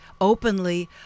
openly